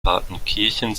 partenkirchen